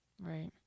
right